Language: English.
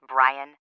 Brian